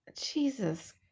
Jesus